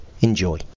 Enjoy